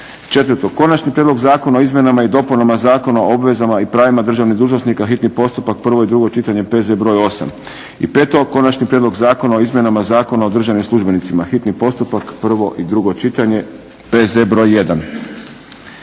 br. 2 1. Konačni prijedlog Zakona o izmjenama i dopunama Zakona o obvezama i pravima državnih dužnosnika, hitni postupak, prvo i drugo čitanje, P.Z. br. 8 1. Konačni prijedlog Zakona o izmjenama Zakona o državnim službenicima, hitni postupak, prvo i drugo čitanje, P.Z. br. 1